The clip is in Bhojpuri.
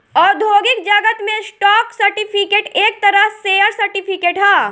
औद्योगिक जगत में स्टॉक सर्टिफिकेट एक तरह शेयर सर्टिफिकेट ह